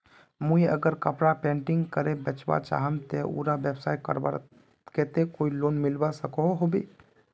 मुई अगर कपड़ा पेंटिंग करे बेचवा चाहम ते उडा व्यवसाय करवार केते कोई लोन मिलवा सकोहो होबे?